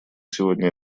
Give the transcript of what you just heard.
сегодня